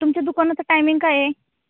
तुमच्या दुकानाचं टायमिंग काय आहे